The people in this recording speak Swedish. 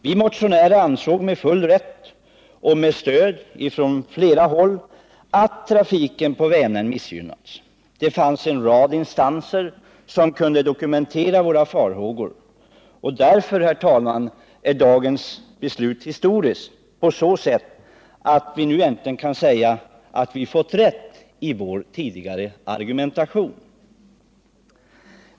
Vi motionärer ansåg med full rätt, och med stöd från flera håll, att trafiken på Vänern missgynnats. Det fanns en rad instanser som kunde dokumentera våra farhågor. Därför, herr talman, är dagens beslut historiskt på så sätt att vi nu äntligen kan säga att vi har fått rätt i vår tidigare argumentation.